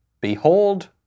Behold